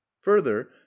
further